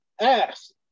ass